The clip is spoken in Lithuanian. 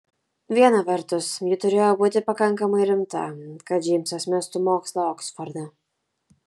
viena vertus ji turėjo būti pakankamai rimta kad džeimsas mestų mokslą oksforde